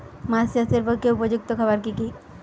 মাছ চাষের পক্ষে উপযুক্ত খাবার কি কি?